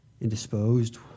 indisposed